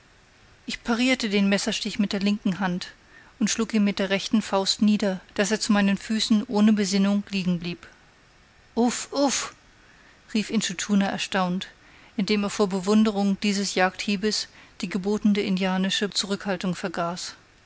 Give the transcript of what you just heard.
ich parierte den messerstich mit der linken hand und schlug ihn mit der rechten faust nieder daß er zu meinen füßen ohne besinnung liegen blieb uff uff rief intschu tschuna erstaunt indem er vor bewunderung dieses jagdhiebes die gebotene indianische zurückhaltung vergaß